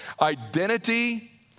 Identity